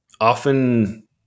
often